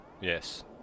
Yes